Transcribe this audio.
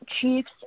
chiefs